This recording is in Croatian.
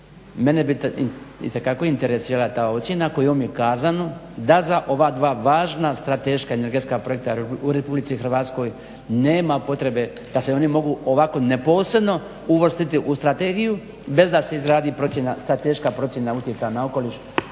mene bi itekako interesirala ta ocjena kojom je kazano da za ova dva važna strateška energetska projekta u RH nema potrebe, da se oni mogu ovako neposredno uvrstiti u strategiju bez da se izradi strateška procjena utjecaja na okoliš